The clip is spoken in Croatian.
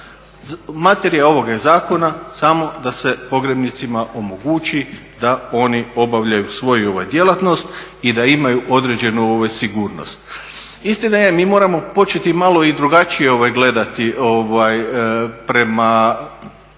Materija ovog zakona je samo da se pogrebnicima omogući da oni obavljaju svoju djelatnost i da imaju određenu sigurnost. Istina je, mi moramo početi malo i drugačije gledati prema